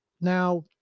Now